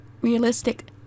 realistic